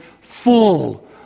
full